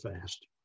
fast